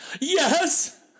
Yes